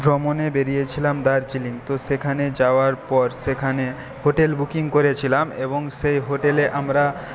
ভ্রমণে বেরিয়েছিলাম দার্জিলিং তো সেখানে যাওয়ার পর সেখানে হোটেল বুকিং করেছিলাম এবং সেই হোটেলে আমরা